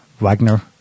Wagner